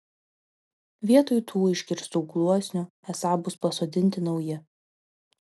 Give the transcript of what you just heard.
vietoj tų iškirstų gluosnių esą bus pasodinti nauji